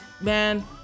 Man